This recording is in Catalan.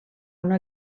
una